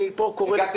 אני פה קורא לכולם.